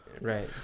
Right